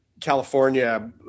California